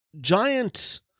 giant